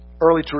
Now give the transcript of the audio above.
Early